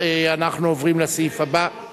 אדוני היושב-ראש, למה